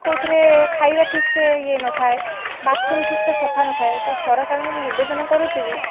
କେଉଁଥିରେ ଖାଇବା ଠିକ୍ ସେ ଇଏ ନଥାଏ ବାଥରୁମ ଠିକ୍ ସେ ସଫା ନଥାଏ ତ ସରକାରଙ୍କୁ ମୁଁ ନିବେଦନ କରୁଛି କି